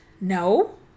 No